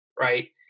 right